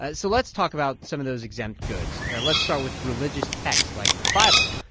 ah so let's talk about some of those exempt goods. let's start with religious texts like the bible.